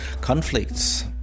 conflicts